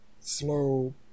slow